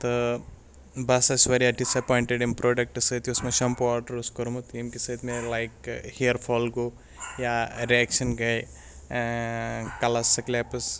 تہٕ بہٕ ہَسا چھُس واریاہ ڈِس اٮ۪پوینٛٹِڈ اَمہِ پرٛوڈَکٹ سۭتۍ اوس مےٚ شَمپوٗ آرڈَر اوس کوٚرمُت ییٚمہِ کہِ سۭتۍ مےٚ لایک ہِیَر فال گوٚو یا رِیَکشَن گٔے کَلَر سِکلیپٕس